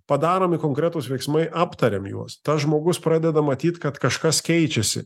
padaromi konkretūs veiksmai aptariam juos tas žmogus pradeda matyt kad kažkas keičiasi